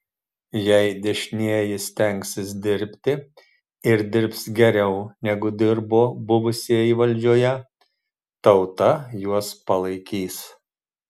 jei dešinieji stengsis dirbti ir dirbs geriau negu dirbo buvusieji valdžioje tauta juos palaikys